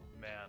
man